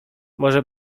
może